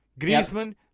Griezmann